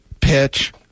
pitch